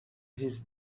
his